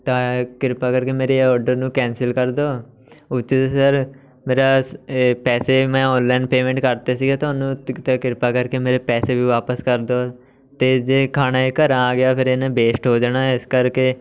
ਤਾਂ ਕਿਰਪਾ ਕਰਕੇ ਮੇਰੇ ਇਹ ਔਡਰ ਨੂੰ ਕੈਂਸਲ ਕਰ ਦਿਉ ਉਹ 'ਚ ਸਰ ਮੇਰਾ ਸ ਇਹ ਪੈਸੇ ਮੈਂ ਔਨਲਾਈਨ ਪੇਮੈਂਟ ਕਰਤੇ ਸੀਗਾ ਤੁਹਾਨੂੰ ਤਾਂ ਕਿਰਪਾ ਕਰਕੇ ਮੇਰੇ ਪੈਸੇ ਵੀ ਵਾਪਸ ਕਰ ਦਿਉ ਅਤੇ ਜੇ ਖਾਣਾ ਇਹ ਘਰਾਂ ਆ ਗਿਆ ਫਿਰ ਇਹ ਨੇ ਵੇਸਟ ਹੋ ਜਾਣਾ ਇਸ ਕਰਕੇ